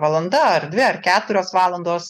valanda ar dvi ar keturios valandos